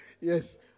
Yes